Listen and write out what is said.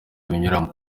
binyuramo